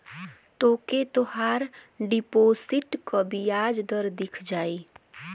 तोके तोहार डिपोसिट क बियाज दर दिख जाई